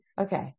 okay